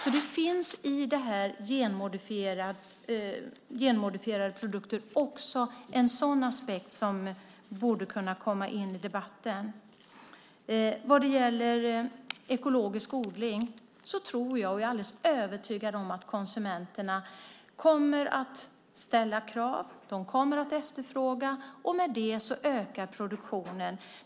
Det finns i frågan om genmodifierade produkter också en sådan aspekt, som borde kunna komma in i debatten. Vad gäller ekologisk odling är jag alldeles övertygad om att konsumenterna kommer att ställa krav. De kommer att efterfråga, och med det ökar produktionen.